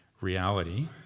reality